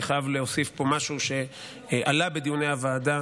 אני חייב להוסיף פה משהו שעלה בדיוני הוועדה